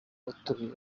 watoje